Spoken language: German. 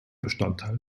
bestandteil